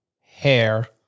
hair